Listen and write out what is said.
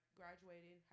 graduated